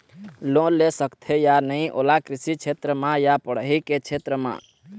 Loan ले सकथे या नहीं ओला कृषि क्षेत्र मा या पढ़ई के क्षेत्र मा?